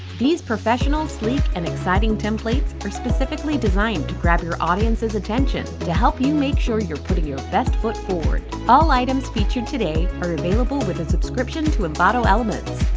these professional, sleek and exciting templates are specifically designed to grab your audiences attention, to help you make sure your putting your best foot forward! all items featured today are available with a subscription to envato elements.